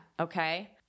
okay